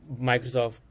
microsoft